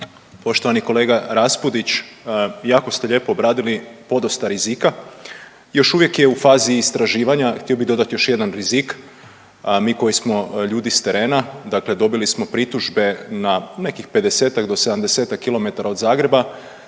Poštovani kolega Raspudić jako ste lijepo obradili podosta rizika, još uvijek je u fazi istraživanja, htio bi dodati još jedan rizik. Mi koji smo ljudi s terena dakle dobili smo pritužbe na nekih 50-tak do 70-tak km od Zagreba